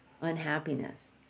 unhappiness